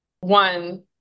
one